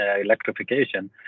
electrification